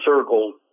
circle